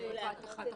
--- אולי כרשאי,